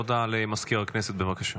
הודעה למזכיר הכנסת, בבקשה.